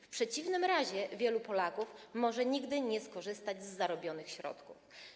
W przeciwnym razie wielu Polaków może nigdy nie skorzystać z zarobionych pieniędzy.